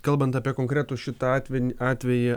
kalbant apie konkretų šitą atvejį atvejį